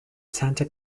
santa